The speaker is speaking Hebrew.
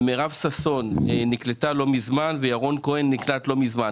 מירב ששון נקלטה לא מזמן וירון כהן נקלט לא מזמן.